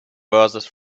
verses